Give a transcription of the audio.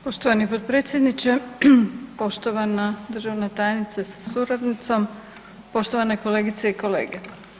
Poštovani potpredsjedniče, poštovana državna tajnice sa suradnicom, poštovane kolegice i kolege.